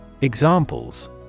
Examples